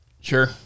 Sure